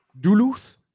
Duluth